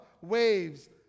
waves